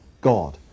God